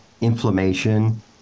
inflammation